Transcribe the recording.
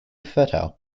fertile